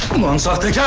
mustafa